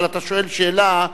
אבל אתה שואל שאלה,